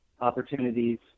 opportunities